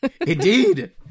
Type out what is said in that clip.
Indeed